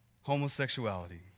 homosexuality